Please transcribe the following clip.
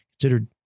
considered